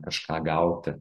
kažką gauti